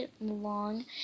long